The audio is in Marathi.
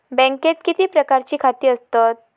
बँकेत किती प्रकारची खाती असतत?